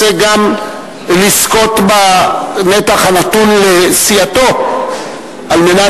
רוצה גם לזכות בנתח הנתון לסיעתו לבוא